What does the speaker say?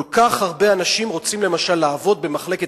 כל כך הרבה אנשים רוצים למשל לעבוד במחלקת